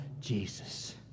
Jesus